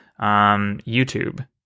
YouTube